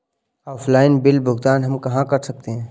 Offline bill भुगतान हम कहां कर सकते हैं?